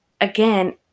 again